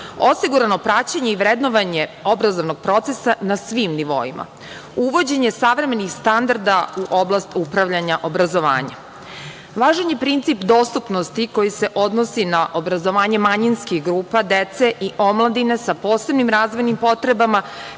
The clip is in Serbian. osigurano praćenje i vrednovanje obrazovnog procesa na svim nivoima, uvođenje savremenih standarda u oblast upravljanja obrazovanja. Važan je princip dostupnosti koji se odnosi na obrazovanje manjinskih grupa, dece i omladine sa posebnim razvojnim potrebama